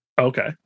Okay